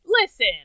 Listen